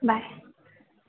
bye